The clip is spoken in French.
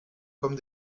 comme